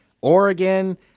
Oregon